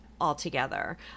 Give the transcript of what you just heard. altogether